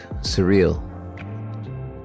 surreal